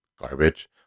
garbage